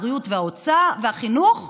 הבריאות והחינוך,